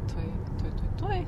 tuoj tuoj tuoj tuoj